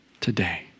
today